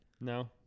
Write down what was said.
No